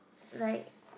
like